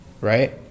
Right